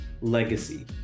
legacy